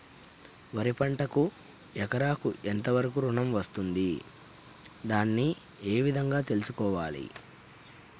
వరి పంటకు ఎకరాకు ఎంత వరకు ఋణం వస్తుంది దాన్ని ఏ విధంగా తెలుసుకోవాలి?